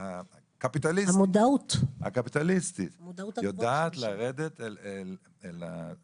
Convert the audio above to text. ארצות הברית הקפיטליסטית יודעת לרדת עבור מי שזקוק.